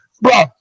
bro